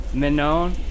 Menon